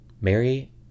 Mary